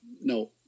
No